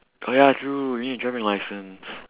oh ya true you need driving license